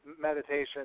meditation